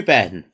Ben